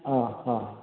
ആ ആ